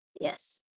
yes